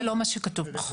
זה לא מה שכתוב בחוק.